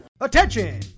Attention